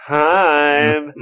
time